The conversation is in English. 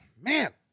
man